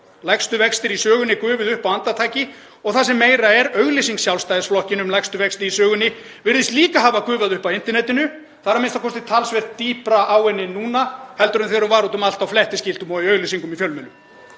Lægstu vextir í sögunni gufuðu upp á andartaki og það sem meira er, auglýsing Sjálfstæðisflokksins um lægstu vexti í sögunni virðist líka hafa gufað upp á internetinu. Það er a.m.k. talsvert dýpra á henni núna en þegar hún var út um allt á flettiskiltum og í auglýsingum í fjölmiðlum.